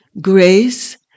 grace